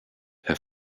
her